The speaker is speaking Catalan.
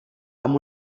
amb